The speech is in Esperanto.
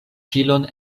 filon